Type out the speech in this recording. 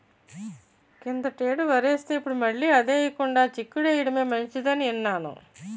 కిందటేడు వరేస్తే, ఇప్పుడు మళ్ళీ అదే ఎయ్యకుండా చిక్కుడు ఎయ్యడమే మంచిదని ఇన్నాను